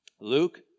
Luke